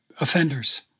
offenders